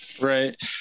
Right